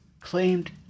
claimed